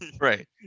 Right